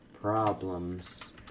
problems